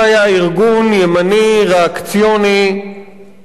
זה היה ארגון ימני ריאקציוני